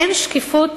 אין שקיפות